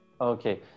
Okay